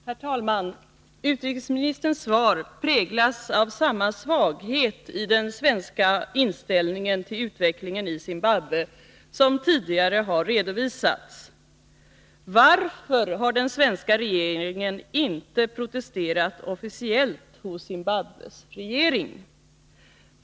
Herr talman! Utrikesministerns svar präglas av samma svaghet i den svenska inställningen till utvecklingen i Zimbabwe som tidigare har redovisats. Varför har den svenska regeringen inte protesterat officiellt hos regeringen i Zimbabwe?